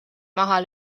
maha